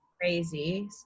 crazy